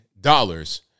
dollars